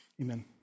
Amen